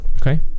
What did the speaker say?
Okay